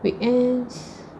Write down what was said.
weekends